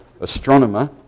astronomer